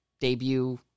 debut